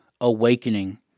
awakening